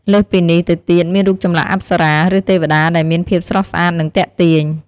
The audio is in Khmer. លើសពីនេះ ទៅទៀតមានរូបចម្លាក់អប្សរា ឬទេវតាដែលមានភាពស្រស់ស្អាត និងទាក់ទាញ។